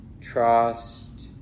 trust